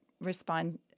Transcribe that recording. respond